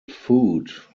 foot